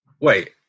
wait